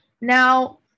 Now